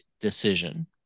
decision